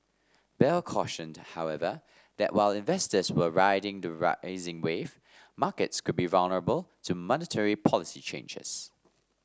bell cautioned however that while investors were riding the rising wave markets could be vulnerable to monetary policy changes